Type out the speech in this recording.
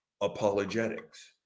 apologetics